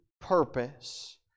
purpose